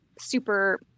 super